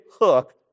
hook